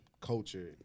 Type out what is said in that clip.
culture